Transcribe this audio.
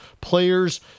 players